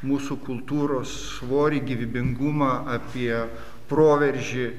mūsų kultūros svorį gyvybingumą apie proveržį